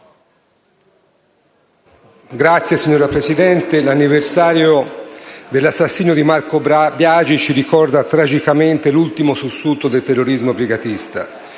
Signor Presidente, l'anniversario dell'assassinio di Marco Biagi ci ricorda tragicamente l'ultimo sussulto del terrorismo brigatista.